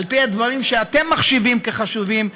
על פי הדברים שאתם מחשיבים לחשובים,